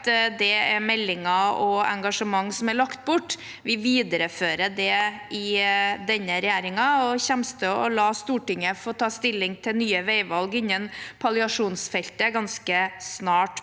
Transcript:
det er meldinger og engasjement som er lagt bort. Vi viderefører det i denne regjeringen og kommer til å la Stortinget få ta stilling til nye veivalg innen palliasjonsfeltet ganske snart.